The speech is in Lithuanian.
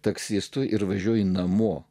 taksistui ir važiuoji namo